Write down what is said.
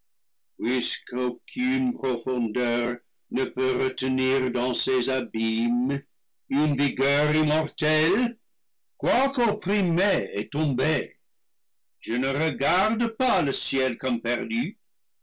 ne peut retenir dans ses abîmes une vigueur im mortelle quoique opprimés et tombés je ne regarde pas le ciel comme perdu